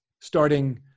starting